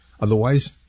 Otherwise